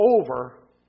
over